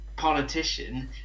politician